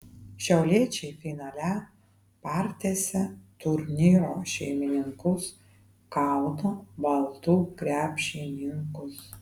šiauliečiai finale partiesė turnyro šeimininkus kauno baltų krepšininkus